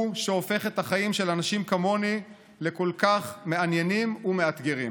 הוא שהופך את החיים של אנשים כמוני לכל כך מעניינים ומאתגרים.